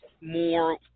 more